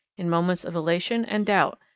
in moments of elation and doubt,